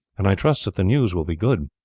and i trust that the news will be good.